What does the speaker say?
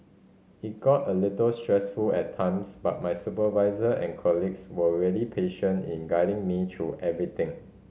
it got a little stressful at times but my supervisor and colleagues were really patient in guiding me through everything